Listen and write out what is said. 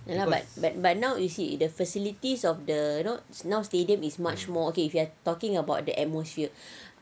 ya lah but but now you see the facilities of the you know now stadium is much more okay if you're talking about the atmosphere